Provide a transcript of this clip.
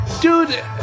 Dude